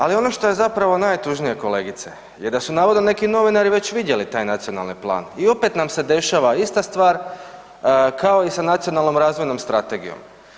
Ali ono što je zapravo najtužnije kolegice je da su navodno neki novinari već vidjeli taj nacionalni plan i opet nam se dešava ista stvar kao i sa Nacionalnom razvojnom strategijom.